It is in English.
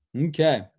Okay